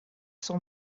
sur